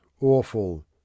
awful